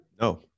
No